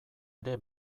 ere